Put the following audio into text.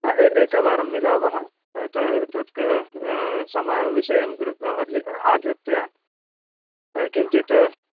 एक एकवारं मिलावः तत् समयं विषयम् आधृत्य किञ्चित्